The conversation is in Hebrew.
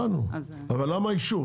הבנו, אבל למה אישור?